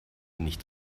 nicht